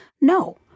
No